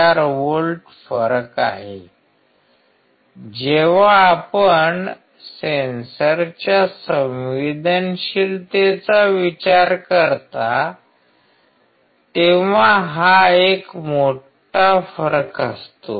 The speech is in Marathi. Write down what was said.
04 व्होल्ट फरक आहे जेव्हा आपण सेन्सरच्या संवेदनशीलतेचा विचार करता तेव्हा हा एक मोठा फरक असतो